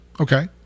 Okay